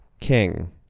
King